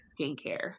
Skincare